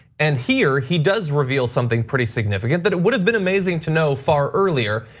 and here, he does reveal something pretty significant, that it would have been amazing to know far earlier.